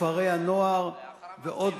בתי-הנוער ועוד,